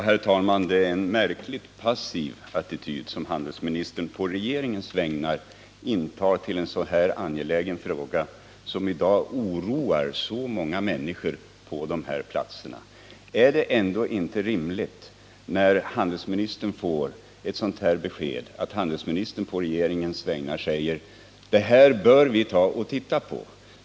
Herr talman! Det är en märkligt passiv attityd som handelsministern på regeringens vägnar intar till en så här angelägen fråga, som i dag oroar många människor på de berörda arbetsplatserna. När handelsministern får ett sådant här besked är det väl ändå rimligt att han på regeringens vägnar säger: Det här bör vi titta på.